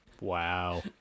Wow